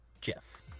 Jeff